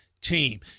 team